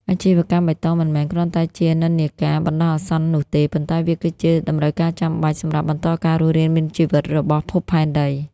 អាជីវកម្មបៃតងមិនមែនគ្រាន់តែជា "និន្នាការ" បណ្ដោះអាសន្ននោះទេ ប៉ុន្តែវាគឺជា "តម្រូវការចាំបាច់" សម្រាប់បន្តការរស់រានមានជីវិតរបស់ភពផែនដី។